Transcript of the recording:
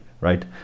right